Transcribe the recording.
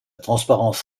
transparence